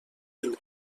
del